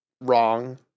wrong